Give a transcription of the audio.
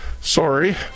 sorry